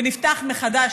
ונפתח מחדש,